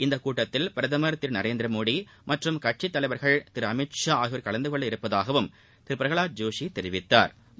இந்த கூட்டத்தில் பிரதமர் திரு நரேந்திரமோடி மற்றும் கட்சித் தலைவா் திரு அமித்ஷா ஆகியோா் கலந்து கொள்ள உள்ளதாக திரு பிரகாலத் ஜோஷி தெரிவித்தாா்